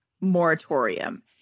moratorium